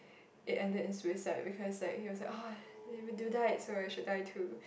it ended in suicide because like it was like oh you died so I just die too